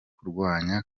kurwara